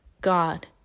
God